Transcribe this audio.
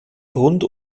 rund